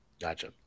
Gotcha